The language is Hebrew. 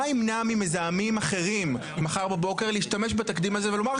מה ימנע ממזהמים אחרים מחר בבוקר להשתמש בתקדים הזה ולומר,